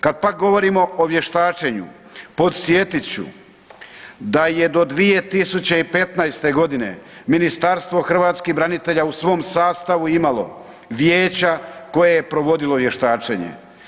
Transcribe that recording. Kad pak govorimo o vještačenju, podsjetit ću da je do 2015. g. Ministarstvo hrvatskih branitelja u svom sastavu imalo vijeća koje je provodilo vještačenje.